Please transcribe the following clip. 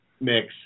mix